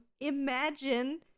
Imagine